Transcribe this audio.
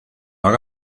haga